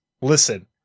Listen